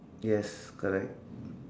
yes correct